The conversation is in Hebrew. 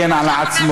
לא הגן על עצמו,